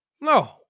No